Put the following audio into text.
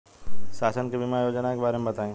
शासन के बीमा योजना के बारे में बताईं?